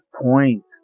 point